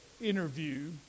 interview